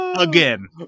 again